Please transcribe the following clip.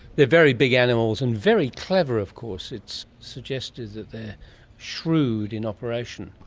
they're very big animals and very clever of course. it's suggested that they're shrewd in operation.